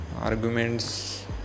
arguments